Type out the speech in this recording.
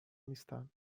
نیستند